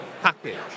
package